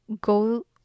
go